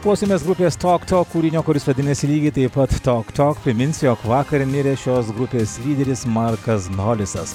klausėmės grupės tok tok kūrinio kuris vadinasi lygiai taip tok tok priminsiu jog vakar mirė šios grupės lyderis markas morisas